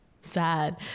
Sad